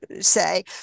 say